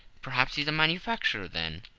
perhaps he's a manufacturer, then.